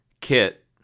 Kit